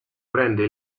prende